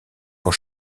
pour